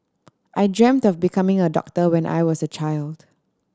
I dreamt of becoming a doctor when I was a child